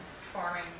farming